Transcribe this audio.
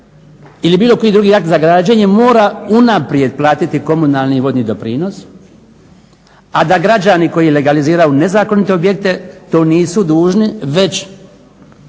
ili bilo koji drugi akt za građenje mora unaprijed platiti komunalni i vodni doprinos, a da građani koji legaliziraju nezakonite objekte to nisu dužni već